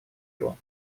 его